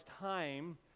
time